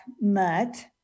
mutt